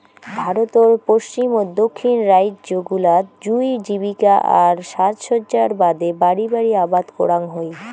ভারতর পশ্চিম ও দক্ষিণ রাইজ্য গুলাত জুঁই জীবিকা আর সাজসজ্জার বাদে বাড়ি বাড়ি আবাদ করাং হই